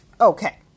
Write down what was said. Okay